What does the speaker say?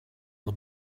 the